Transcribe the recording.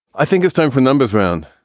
i think it's time for numbers round.